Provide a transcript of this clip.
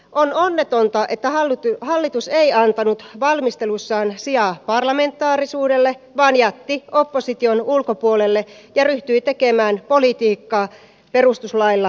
on onnetonta että hallitus ei antanut valmisteluissaan sijaa parlamentaarisuudelle vaan jätti opposition ulkopuolelle ja ryhtyi tekemään politiikkaa perustuslailla ja vaalipiireillä